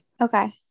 Okay